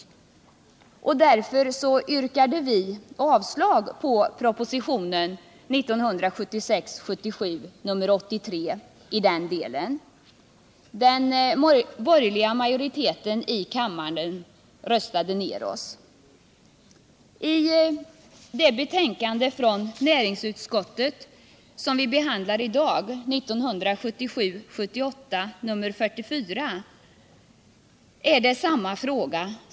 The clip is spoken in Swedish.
Vi yrkade därför avslag i den delen på propositionen 1976/77:83, men den borgerliga majoriteten i kammaren röstade ner oss. I det betänkande från näringsutskottet som vi behandlar i dag har vi åter att ta ställning till samma fråga.